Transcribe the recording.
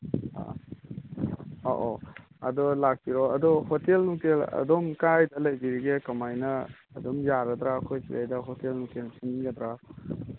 ꯑꯥ ꯑꯣ ꯑꯣ ꯑꯗꯣ ꯂꯥꯛꯄꯤꯔꯣ ꯑꯗꯣ ꯍꯣꯇꯦꯜ ꯅꯨꯡꯇꯦꯜ ꯑꯗꯣꯝ ꯀꯥꯏꯗ ꯂꯩꯕꯤꯔꯤꯒꯦ ꯀꯃꯥꯏꯅ ꯑꯗꯨꯝ ꯌꯥꯔꯗ꯭ꯔꯥ ꯑꯩꯈꯣꯏ ꯁꯤꯗꯩꯗ ꯍꯣꯇꯦꯜ ꯅꯨꯡꯇꯦꯜ ꯁꯤꯟꯒꯗ꯭ꯔꯥ